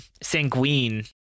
sanguine